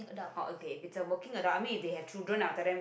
oh okay with the working adult I mean if they have children I will tell them